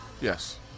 Yes